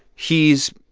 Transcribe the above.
he's,